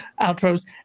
outros